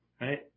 right